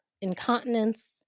incontinence